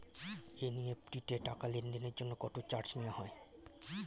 NEFT তে টাকা লেনদেনের জন্য কত চার্জ নেয়া হয়?